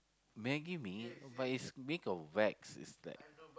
maggi-mee but it's make of wax is like